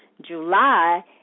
July